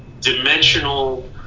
dimensional